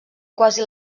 quasi